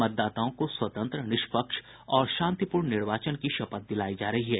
मतदाताओं को स्वतंत्र निष्पक्ष और शांतिपूर्ण निर्वाचन की शपथ दिलायी जा रही है